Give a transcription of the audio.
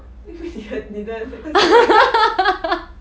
因为你的你的那个咸鸭